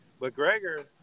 McGregor